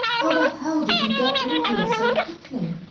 how the hell did you get in here so quickly?